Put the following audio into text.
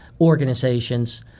organizations